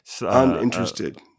Uninterested